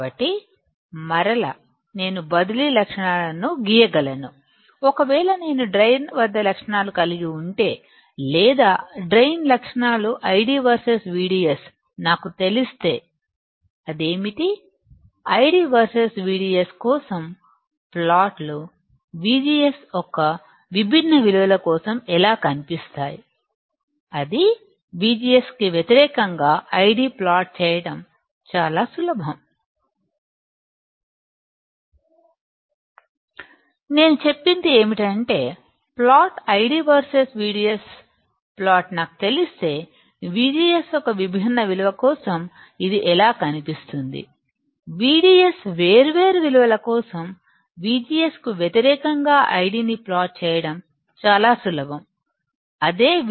కాబట్టి మరలా నేను బదిలీ లక్షణాలను గీయగలను ఒకవేళ నేను డ్రైన్ లక్షణాలు కలిగి ఉంటే లేదా డ్రైన్ లక్షణాలు ID వర్సెస్ VDS నాకు తెలిస్తే అది ఏమిటి ID వర్సెస్ VDSకోసం ప్లాట్లు VGS యొక్క విభిన్న విలువ కోసం ఎలా కనిపిస్తాయి అది VGS కు వ్యతిరేకంగా ID ప్లాట్ చేయడం చాలా సులభం నేను చెప్పేది ఏమిటంటే ప్లాట్లు ID వర్సెస్ VDS ప్లాట్లు నాకు తెలిస్తే VGSయొక్క విభిన్న విలువ కోసం ఇది ఎలా కనిపిస్తుంది VDS వేర్వేరు విలువల కోసం VGS కు వ్యతిరేకంగా ID ని ప్లాట్ చేయడం చాలా సులభం అదేVDS